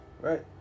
right